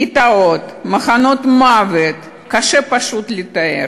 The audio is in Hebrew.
גטאות, מחנות מוות, קשה פשוט לתאר.